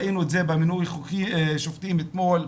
ראינו את זה במינוי שופטים אתמול,